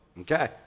Okay